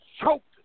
choked